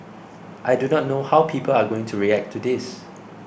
I do not know how people are going to react to this